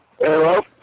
Hello